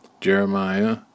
Jeremiah